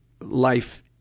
life